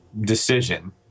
decision